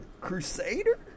Crusader